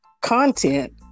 content